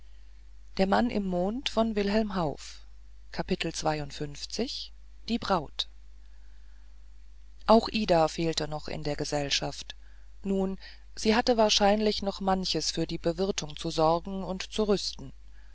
die braut auch ida fehlte noch in der gesellschaft nun sie hatte wahrscheinlich noch manches für die bewirtung zu sorgen und zu rüsten